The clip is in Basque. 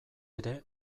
ere